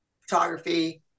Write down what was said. photography